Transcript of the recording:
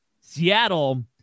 Seattle